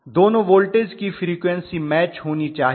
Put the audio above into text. दोनों वोल्टेज की frequency match होनी चाहिए